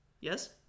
yes